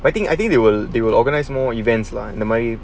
I think I think they will they will organise more events lah never mind